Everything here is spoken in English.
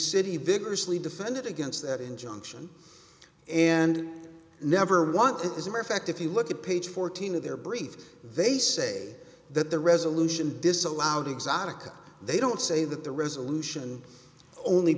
city vigorously defended against that injunction and never want it is a mere fact if you look at page fourteen of their brief they say that the resolution disallowed exotica they don't say that the resolution only